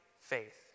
faith